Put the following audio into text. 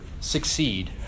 succeed